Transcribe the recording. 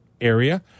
Area